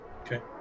Okay